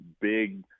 big